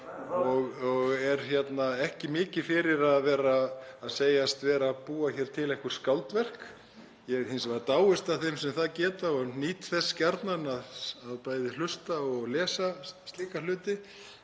og er ekki mikið fyrir að segjast vera að búa til einhver skáldverk. Ég hins vegar dáist að þeim sem það geta og nýt þess gjarnan að bæði hlusta og lesa slíka hluti.